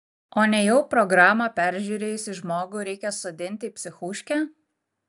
o nejau programą peržiūrėjusį žmogų reikia sodinti į psichuškę